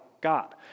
God